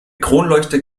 kronleuchter